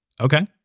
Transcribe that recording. Okay